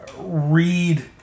read